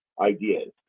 ideas